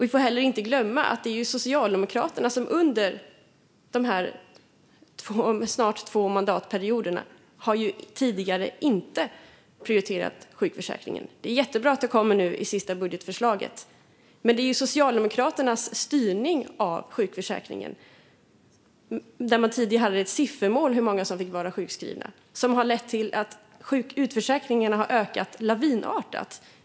Vi får heller inte glömma att det är Socialdemokraterna som tidigare under dessa snart två mandatperioder inte har prioriterat sjukförsäkringen. Det är jättebra att det kommer nu i det sista budgetförslaget. Men det är ju Socialdemokraternas styrning av sjukförsäkringen, där man tidigare hade ett siffermål för hur många som fick vara sjukskrivna, som har lett till att utförsäkringarna ökat lavinartat.